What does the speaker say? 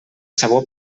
sabó